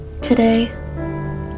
Today